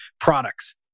products